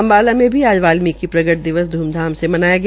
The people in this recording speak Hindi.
अम्बाला मंे भी आज वाल्मीकि की प्रकट दिवस धूमधाम से मनाया गया